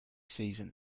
season